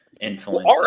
influence